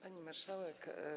Pani Marszałek!